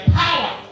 power